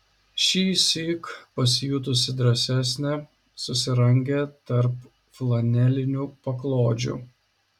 šįsyk pasijutusi drąsesnė susirangė tarp flanelinių paklodžių